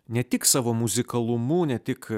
ne tik savo muzikalumu ne tik